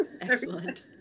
Excellent